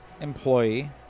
employee